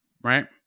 right